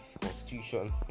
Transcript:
constitution